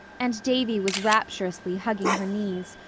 and davy was rapturously hugging her knees,